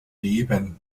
leben